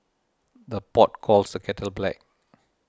the pot calls the kettle black